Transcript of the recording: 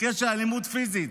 מקרה של אלימות פיזית,